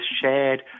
shared